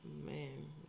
man